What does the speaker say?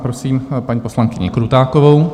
Prosím paní poslankyni Krutákovou.